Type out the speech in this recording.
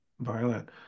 violent